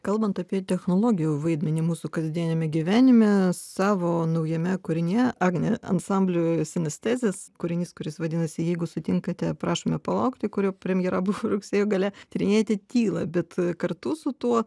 kalbant apie technologijų vaidmenį mūsų kasdieniame gyvenime savo naujame kūrinyje agnė ansambliui sanastezis kūrinys kuris vadinasi jeigu sutinkate prašome palaukti kurio premjera buvo rugsėjo gale tyrinėti tylą bet kartu su tuo